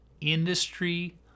industry